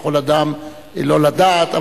יכול אדם לא לדעת,